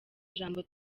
jambo